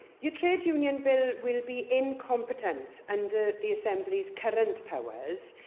your trade union bill will be in competence under the assemblyis current powers.